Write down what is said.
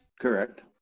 Correct